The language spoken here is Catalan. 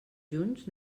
junts